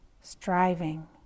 striving